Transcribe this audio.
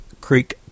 Creek